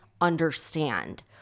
understand